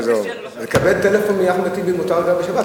לקבל טלפון מאחמד טיבי מותר גם בשבת.